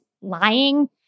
lying